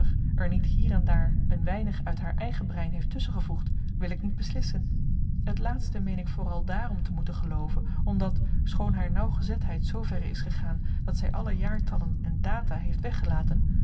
er niet hier en daar een weinig uit haar eigen brein heeft tusschen gevoegd wil ik niet beslissen het laatste meen ik vooral daarom te moeten gelooven omdat schoon haar naauwgezetheid zooverre is gegaan dat zij alle jaartallen en data heeft weggelaten